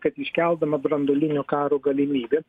kad iškeldama branduolinio karo galimybę